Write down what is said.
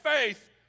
faith